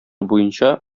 буенча